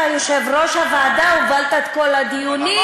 אתה יושב-ראש הוועדה, הובלת את כל הדיונים.